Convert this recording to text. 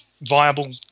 viable